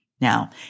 Now